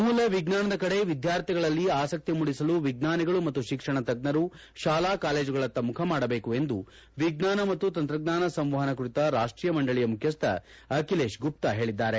ಮೂಲ ವಿಜ್ಞಾನದ ಕಡೆ ವಿದ್ಯಾರ್ಥಿಗಳಲ್ಲಿ ಆಸಕ್ತಿ ಮೂಡಿಸಲು ವಿಜ್ಞಾನಿಗಳು ಮತ್ತು ಶಿಕ್ಷಣ ತಜ್ಜರು ಶಾಲಾ ಕಾಲೇಜುಗಳತ್ತ ಮುಖಮಾಡಬೇಕು ಎಂದು ವಿಜ್ಞಾನ ಮತ್ತು ತಂತ್ರಜ್ಞಾನ ಸಂವಹನ ಕುರಿತ ರಾಷ್ಟೀಯ ಮಂಡಳಿಯ ಮುಖ್ಯಸ್ಥ ಅಖಿಲೇಶ್ ಗುಪ್ತಾ ಹೇಳಿದ್ದಾರೆ